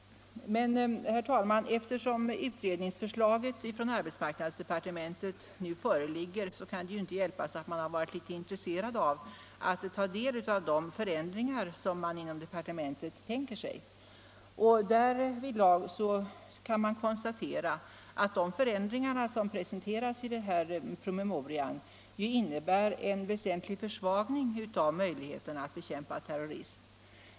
Herr talman! Eftersom utredningsförslaget ifrån arbetsmarknadsdepartementet nu föreligger, kan det inte hjälpas att man blir intresserad att ta del av de förändringar som departementet tänker sig. Därvidlag kan man konstatera att de förändringar som presenteras i promemorian innebär en väsentlig försvagning av möjligheterna att bekämpa terrorism.